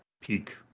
peak